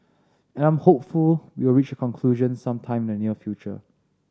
and I'm hopeful we will reach a conclusion some time in the near future